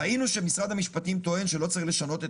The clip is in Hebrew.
ראינו שמשרד המשפטים טוען שלא צריך לשנות את